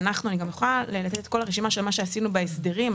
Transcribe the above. אני יכולה להציג את כל הרשימה של מה שעשינו בהסדרים.